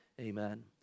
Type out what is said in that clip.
amen